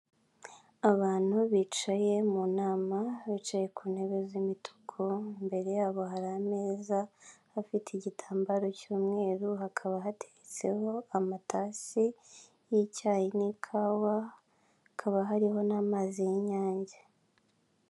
Abantu bicaye mu nama bicaye ku ntebe z'imituku, imbere yabo hari ameza afite igitambaro cy'umweru, hakaba hateretseho amatasi y'icyayi n'ikawa hakaba hariho n'amazi y'inyange.